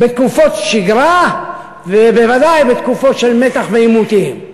בתקופות שגרה ובוודאי בתקופות של מתח ועימותים.